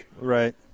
Right